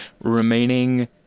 remaining